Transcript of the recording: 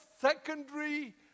secondary